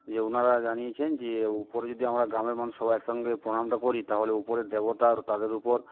যে ওনারা জানিয়েছেন যে উপরে যদি আমরা গ্রামের মানুষ সব একসঙ্গে প্রণামটা করি তাহলে উপরের দেবতার তাদের উপর